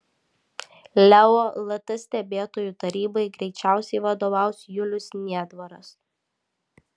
leo lt stebėtojų tarybai greičiausiai vadovaus julius niedvaras